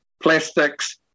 plastics